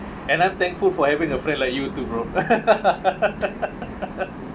and I'm thankful for having a friend like you too bro